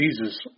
Jesus